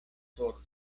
ordo